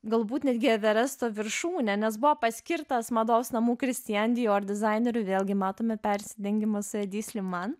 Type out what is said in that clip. galbūt netgi everesto viršūnę nes buvo paskirtas mados namų krisian dior dizaineriu vėlgi matome persidengimas su edi sliman